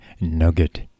nugget